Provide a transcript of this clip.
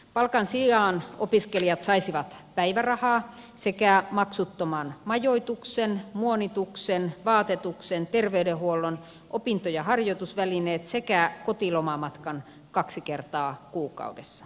palkan sijaan opiskelijat saisivat päivärahaa sekä maksuttoman majoituksen muonituksen vaatetuksen terveydenhuollon opinto ja harjoitusvälineet sekä kotilomamatkan kaksi kertaa kuukaudessa